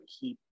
keep